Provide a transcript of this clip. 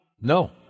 No